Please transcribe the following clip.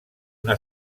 una